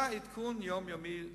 היה עדכון יומיומי,